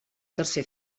tercer